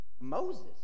Moses